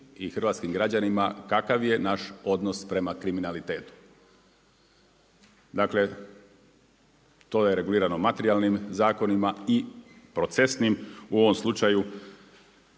i hrvatskim građanima kakav je naš odnos prema kriminalitetu. Dakle to je regulirano materijalnim zakonima i procesnim, u ovom slučaju